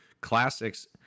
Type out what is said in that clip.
Classics